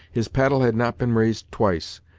his paddle had not been raised twice,